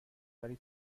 ولی